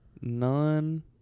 None